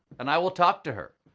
and i will talk to her.